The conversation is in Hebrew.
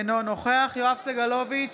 אינו נוכח יואב סגלוביץ'